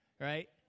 right